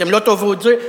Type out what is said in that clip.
אתם לא תאהבו את זה,